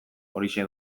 horixe